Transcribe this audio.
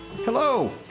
Hello